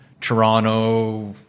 toronto